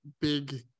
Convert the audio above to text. big